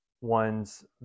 one's